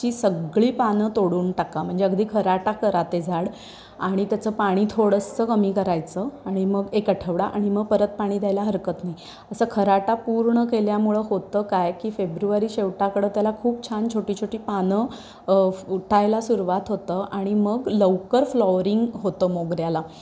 ची सगळी पानं तोडून टाका म्हणजे अगदी खराटा करा ते झाड आणि त्याचं पाणी थोडंसं कमी करायचं आणि मग एक आठवडा आणि मग परत पाणी द्यायला हरकत नाही असं खराटा पूर्ण केल्यामुळं होतं काय की फेब्रुवारी शेवटाकडं त्याला खूप छान छोटी छोटी पानं फुटायला सुरवात होतं आणि मग लवकर फ्लॉवरिंग होतं मोगऱ्याला